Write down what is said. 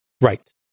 Right